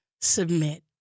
submit